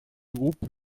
groupe